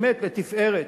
באמת, לתפארת,